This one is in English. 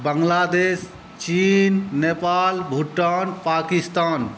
Bangladesh China Nepal Bhutan Pakistan